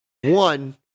One